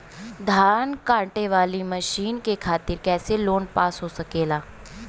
धान कांटेवाली मशीन के खातीर कैसे लोन पास हो सकेला?